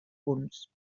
punts